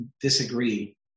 disagree